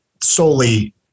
solely